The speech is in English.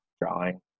drawing